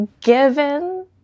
given